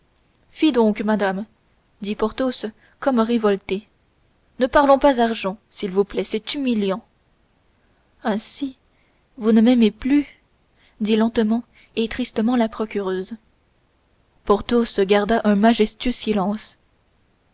donc madame dit porthos comme révolté ne parlons pas argent s'il vous plaît c'est humiliant ainsi vous ne m'aimez plus dit lentement et tristement la procureuse porthos garda un majestueux silence